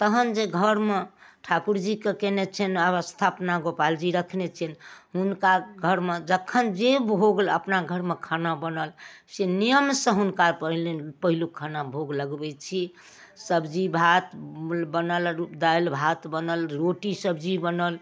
तहन जे घरमे ठाकुरजीके कयने छिअनि अवस्था अपना गोपालजी रखने छिअनि हुनका घरमे जखन जे भोग लऽ अपना घरमे खाना बनल से नियमसँ हुनका पहिल पहिलुक खाना भोग लगबैत छी सब्जी भात बनल दालि भात बनल रोटी सब्जी बनल